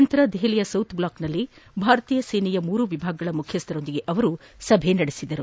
ನಂತರ ದೆಹಲಿಯ ಸೌತ್ಬ್ಲಾಕ್ನಲ್ಲಿ ಭಾರತೀಯ ಸೇನೆಯ ಮೂರು ವಿಭಾಗಗಳ ಮುಖ್ಯಸ್ಥರೊಂದಿಗೆ ಸಭೆ ನಡೆಸಿದರು